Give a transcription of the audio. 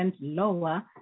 lower